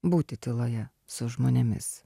būti tyloje su žmonėmis